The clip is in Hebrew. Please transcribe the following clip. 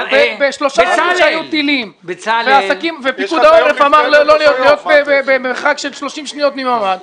שלושה ימים ירו טילים ופיקוד העורף אמר להיות במרחק של 30 שניות מהממ"ד,